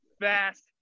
fast